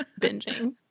binging